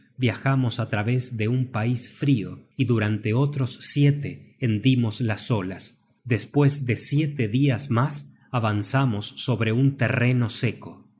viajamos á través de un pais frio y durante otros siete hendimos las olas despues de siete dias mas avanzamos sobre un terreno seco